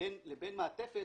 למעטפת